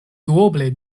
duoble